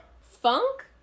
Funk